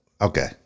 Okay